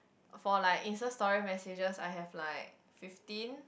for like insta story story messages I have like fifteen